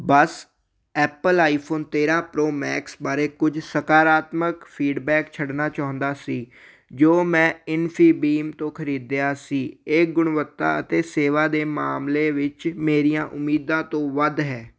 ਬੱਸ Apple iPhone ਤੇਰ੍ਹਾਂ pro max ਬਾਰੇ ਕੁਝ ਸਕਾਰਾਤਮਕ ਫੀਡਬੈਕ ਛੱਡਣਾ ਚਾਹੁੰਦਾ ਸੀ ਜੋ ਮੈਂ ਇਨਫੀਬੀਮ ਤੋਂ ਖਰੀਦਿਆ ਸੀ ਇਹ ਗੁਣਵੱਤਾ ਅਤੇ ਸੇਵਾ ਦੇ ਮਾਮਲੇ ਵਿੱਚ ਮੇਰੀਆਂ ਉਮੀਦਾਂ ਤੋਂ ਵੱਧ ਹੈ